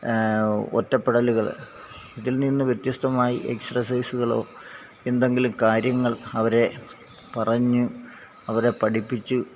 ഒറ്റപ്പെടലുകള് ഇതിൽനിന്ന് വ്യത്യസ്തമായി എക്സർസൈസുകളോ എന്തെങ്കിലും കാര്യങ്ങൾ അവരെ പറഞ്ഞ് അവരെ പഠിപ്പിച്ച്